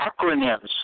acronyms